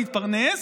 להתפרנס,